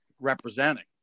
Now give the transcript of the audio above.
representing